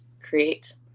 create